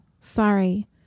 Sorry